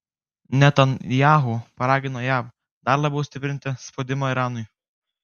netanyahu paragino jav dar labiau stiprinti spaudimą iranui